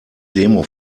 demo